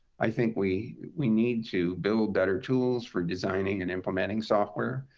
i think we we need to build better tools for designing and implementing software,